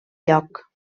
lloc